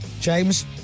James